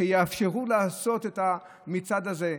שיאפשרו לעשות את המצעד הזה?